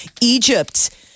Egypt